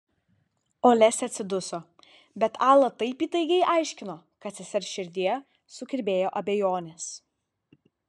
olesia atsiduso bet ala taip įtaigiai aiškino kad sesers širdyje sukirbėjo abejonės